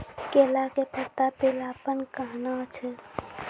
केला के पत्ता पीलापन कहना हो छै?